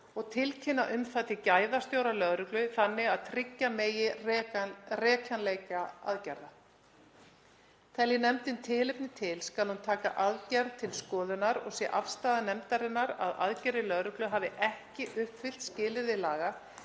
og tilkynna um það til gæðastjóra lögreglu þannig að tryggja megi rekjanleika aðgerða. Telji nefndin tilefni til skal hún taka aðgerð til skoðunar og sé afstaða nefndarinnar að aðgerðir lögreglu hafi ekki uppfyllt skilyrði laga